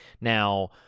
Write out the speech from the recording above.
Now